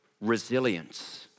resilience